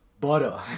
Butter